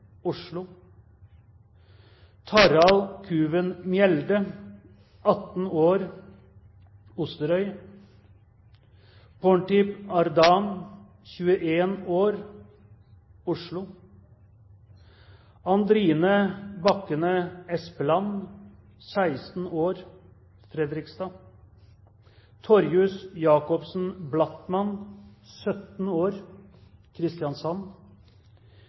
Kuven Mjelde, 18 år, Osterøy Porntip Ardam, 21 år, Oslo Andrine Bakkene Espeland, 16 år, Fredrikstad Torjus Jakobsen Blattmann, 17 år, Kristiansand